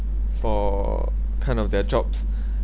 for kind of their jobs